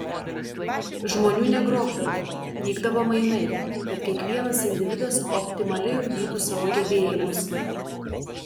žmonių negrobdavo vykdavo mainai kad kiekvienas individas optimaliai ugdytų savo gebėjimus